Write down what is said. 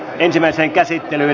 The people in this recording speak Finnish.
kyselytunti päättyi